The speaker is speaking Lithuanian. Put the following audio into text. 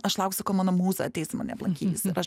aš lauksiu kol mano mūza ateis mane aplankys ir aš